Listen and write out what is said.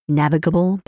navigable